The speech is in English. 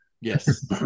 Yes